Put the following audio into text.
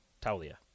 Talia